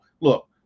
Look